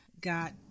got